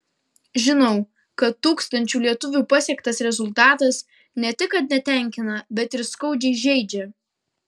žinau kad tūkstančių lietuvių pasiektas rezultatas ne tik kad netenkina bet ir skaudžiai žeidžia